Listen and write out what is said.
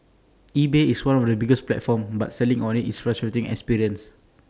eBay is one of the biggest platforms but selling on IT is frustrating experience